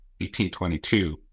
1822